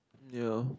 ya